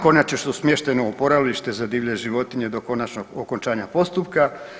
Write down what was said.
Kornjače su smještene u oporavište za divlje životinje do konačnog okončanja postupka.